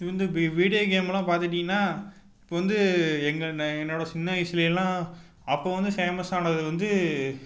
இந்த வீடியோ கேம்லாம் பார்த்துட்டீங்கன்னா இப்போது வந்து எங்கள் என்னோடய சின்ன வயதில் எல்லாம் அப்போது வந்து ஃபேமஸ் ஆனது வந்து